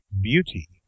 beauty